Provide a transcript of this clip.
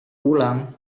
pulang